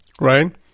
right